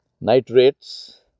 nitrates